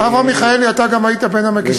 אברהם מיכאלי, אתה גם היית בין המגישים, אז בכלל.